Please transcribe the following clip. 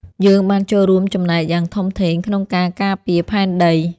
យើងបានចូលរួមចំណែកយ៉ាងធំធេងក្នុងការការពារផែនដី។